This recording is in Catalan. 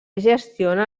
gestiona